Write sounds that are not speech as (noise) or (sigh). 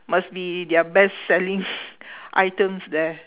must be their best selling (breath) items there